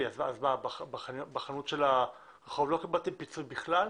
בחנות של הרחוב לא קיבלתם פיצוי בכלל?